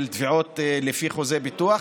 של תביעות לפי חוזה ביטוח,